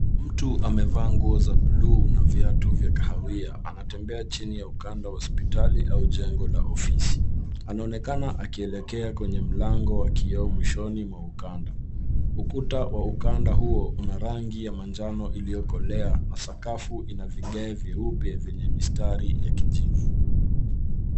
Mtu amevaa nguo za buluu na viatu vya kahawia. Anatembea chini ya ukanda wa hospitali au jengo la ofisi. Anaonekana akielekea kwenye mlango wa kioo mwishoni mwa ukanda. Ukuta wa ukanda huo una rangi ya manjano iliyokolea na sakafu ina vigae vyeupe vyenye mistari ya kijivu.